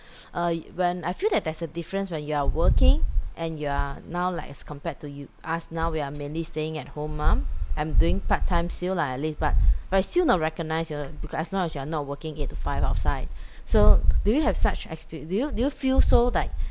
uh when I feel that there's a difference when you are working and you are now like as compared to you us now we are mainly staying at home mum I'm doing part-time sale lah at least but but it's still not recognised you know because as long as you're not working eight to five outside so do you have such expe~ do you do you feel so like